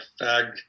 fag